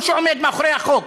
הוא שעומד מאחורי החוק,